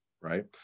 right